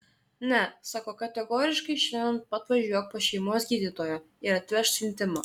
ne sako kategoriškai šiandien pat važiuok pas šeimos gydytoją ir atvežk siuntimą